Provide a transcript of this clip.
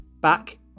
back